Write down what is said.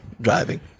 driving